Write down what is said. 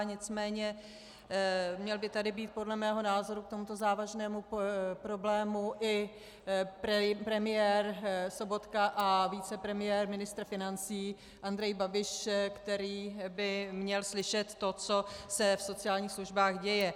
Nicméně měl by tady být podle mého názoru k tomuto závažnému problému i premiér Sobotka a vicepremiér ministr financí Andrej Babiš, který by měl slyšet to, co se v sociálních službách děje.